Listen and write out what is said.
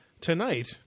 tonight